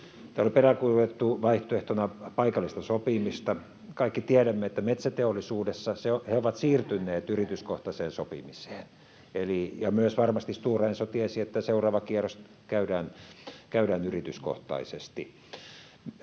Täällä on peräänkuulutettu vaihtoehtona paikallista sopimista. Kaikki tiedämme, että metsäteollisuudessa he ovat siirtyneet yrityskohtaiseen sopimiseen, ja varmasti myös Stora Enso tiesi, että seuraava kierros käydään yrityskohtaisesti.